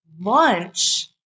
lunch